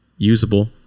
usable